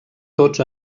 tots